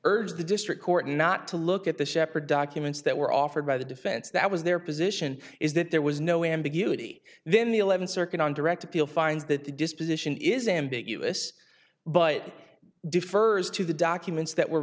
urged the district court not to look at the sheppard documents that were offered by the defense that was their position is that there was no ambiguity and then the eleventh circuit on direct appeal finds that the disposition is ambiguous but defers to the documents that were